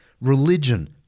religion